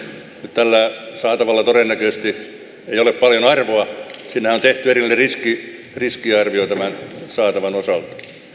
tällä saatavalla todennäköisesti ei ole paljon arvoa siinähän on tehty erillinen riskiarvio tämän saatavan osalta